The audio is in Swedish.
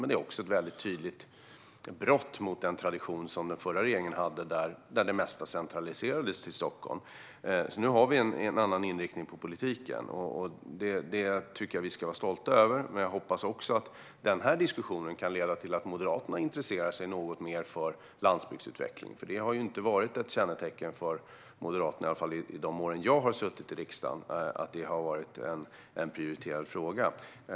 Det är också ett tydligt brott mot den tradition som den förra regeringen hade där det mesta centraliserades till Stockholm. Nu har vi en annan inriktning på politiken, och det tycker jag att vi ska vara stolta över. Jag hoppas också att den här diskussionen kan leda till att Moderaterna intresserar sig något mer för landsbygdsutveckling, för det har inte varit ett kännetecken för Moderaterna. I alla fall har det inte varit en prioriterad fråga för Moderaterna under de år som jag har suttit i riksdagen.